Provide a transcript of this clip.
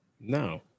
No